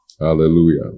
Hallelujah